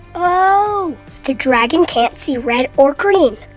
ohh the dragon can't see red or green.